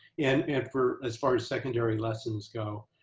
and and for, as far as secondary lessons go,